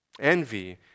Envy